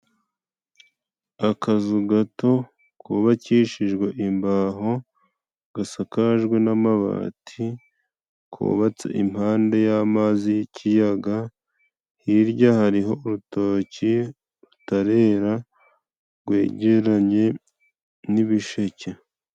Akazu gato kubakishijwe imbaho, gasakajwe n'amabati, kubabatse impande y'amazi y'ikiyaga, hirya hariho urutoki rutarera, rwegeranye n'ibisheke.